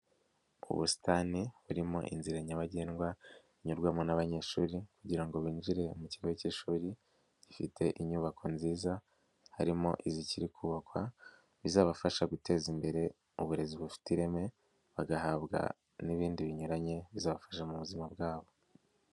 Ubusitani burimo inzira nyabagendwa, inyurwamo n'abanyeshuri kugira binjire mu kigo cy'ishuri gifite inyubako nziza, harimo izikiri kubakwa bizabafasha guteza imbere uburezi bufite ireme bagahabwa n'ibindi binyuranye bizabafasha mu buzima bwabo.